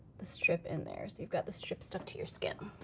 the strip in there, so you've got the strip stuck to your skin.